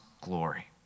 glory